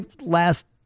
last